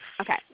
Okay